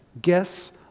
Guess